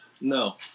No